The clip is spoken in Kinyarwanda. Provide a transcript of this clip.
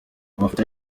mafoto